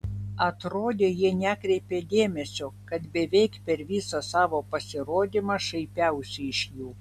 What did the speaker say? atrodė jie nekreipia dėmesio kad beveik per visą savo pasirodymą šaipiausi iš jų